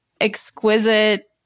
exquisite